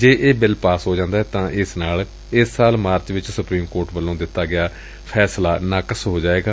ਜੇ ਇਹ bill pass ਹੋ ਜਾਂਦੈ ਤਾਂ ਇਸ ਨਾਲ ਇਸ ਸਾਲ ਮਾਰਚ ਵਿਚ ਸੁਪਰੀਮ ਕੋਰਗ ਵੱਲੋਂ ਦਿੱਤਾ ਗਿਆ ਫੈਸਲਾ ਨਾਕਸ ਹੋ ਜਾਏਗਾ